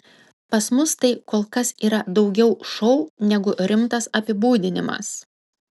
pas mus tai kol kas yra daugiau šou negu rimtas apibūdinimas